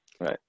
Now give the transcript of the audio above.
right